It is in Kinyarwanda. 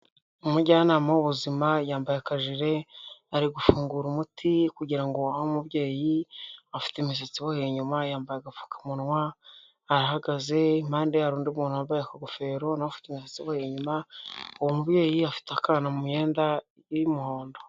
Umujyanama w'ubuzima, yambaye akajire, ari gufungura umuti kugira ngo ahe umubyeyi, afite imisatsi iboheye inyuma, yambaye agapfukamunwa, arahagaze, impande ye hari undi muntu wambaye akagofero na we igiye imisatsi iboheye inyuma, uwo mubyeyi afite akana mu myenda y'umuhondo.